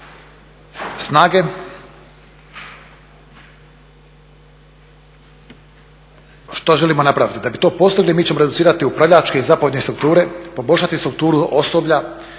snage, što želimo napraviti? Da bi to postigli mi ćemo reducirati upravljačke i zapovjedne strukture, poboljšati strukturu osoblja,